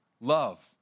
Love